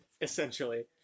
Essentially